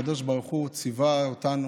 הקדוש ברוך הוא ציווה אותנו